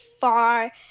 far